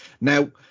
Now